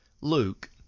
Luke